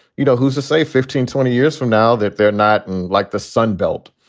you know, who's to say fifteen, twenty years from now that they're not like the sun belt,